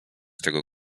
tego